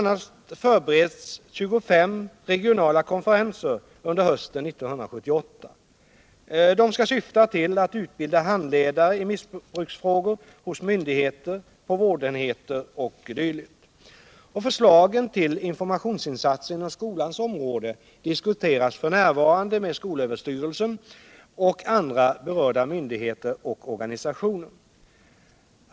a. förbereds 25 regionala konferenser under hösten 1978. De skall syfta till att utbilda handledare i missbruksfrågor hos myndigheter, på vårdenheter o. d. Förslagen till informationsinsatser inom skolans område diskuteras f. n. med skolöverstyrelsen och andra berörda myndigheter och organisationer.